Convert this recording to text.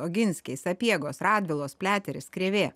oginskiai sapiegos radvilos pliateris krėvė